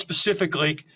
specifically